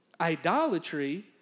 Idolatry